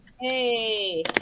Hey